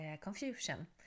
confusion